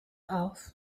auf